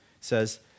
says